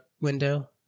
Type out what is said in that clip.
window